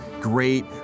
great